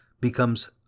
becomes